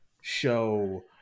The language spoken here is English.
show